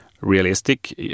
realistic